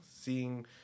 seeing